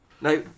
Now